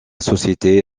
société